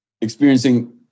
experiencing